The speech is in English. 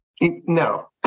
No